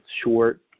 short